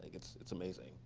it's it's amazing.